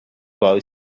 boy